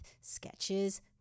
sketches